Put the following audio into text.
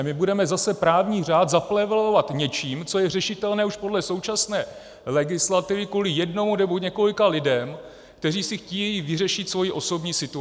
My budeme zase právní řád zaplevelovat něčím, co je řešitelné už podle současné legislativy, kvůli jednomu nebo několika lidem, kteří si chtějí vyřešit svoji osobní situaci.